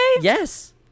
Yes